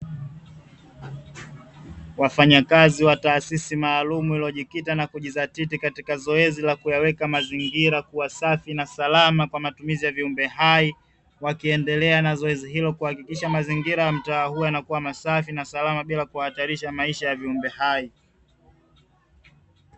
Wafanyakazi wa taasisi maalumu iliyojikita na kujizatiti katika zoezi la kuyaweka mazingira kuwa safi na salama kwa matumizi ya viumbe hai wakiendelea na zoezi hilo, kuhakikisha mazingira mtaa huwa yanakuwa masafi na salama bila kuhatarisha maisha ya viumbe hai.